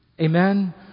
Amen